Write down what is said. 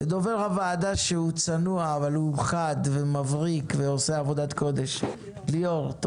לדובר הוועדה שהוא צנוע אבל חד ומבריק ועושה עבודת קודש ליאור.